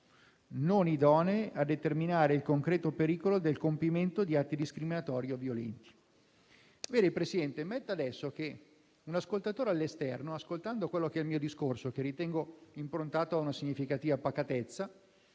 non idonee a determinare il concreto pericolo del compimento di atti discriminatori o violenti». Signor Presidente, immagini adesso che un cittadino all'esterno, ascoltando il mio discorso, che ritengo improntato a una significativa pacatezza,